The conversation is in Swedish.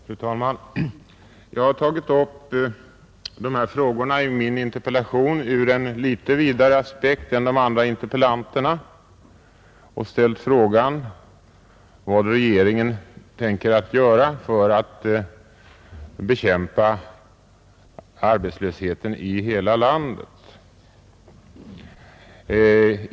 Fru talman! Jag har tagit upp dessa frågor i min interpellation ur en litet vidare aspekt än de andra interpellanterna och ställt frågan vad regeringen tänker göra för att bekämpa arbetslösheten i hela landet.